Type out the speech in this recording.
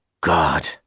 God